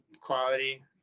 quality